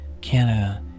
Canada